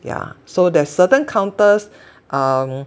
yeah so there's certain counters